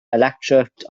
electorate